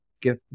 give